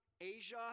Asia